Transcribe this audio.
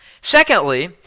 Secondly